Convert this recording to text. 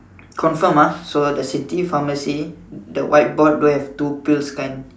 confirm ah so the city pharmacy the white board don't have two pills kind